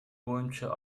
боюнча